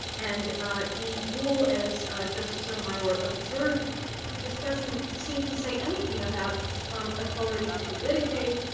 and the rule as justice sotomayor observed just doesn't seem to say anything about authority to litigate.